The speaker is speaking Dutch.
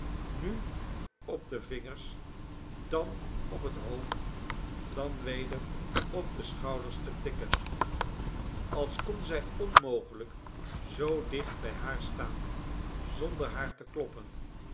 nu op de vingers dan op het hoofd dan weder op de schouders te tikken als kon zij onmogelijk zoo dicht bij haar staan zonder haar te kloppen